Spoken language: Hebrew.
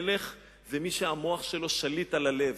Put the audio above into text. מלך זה מי שהמוח שלו שליט על הלב,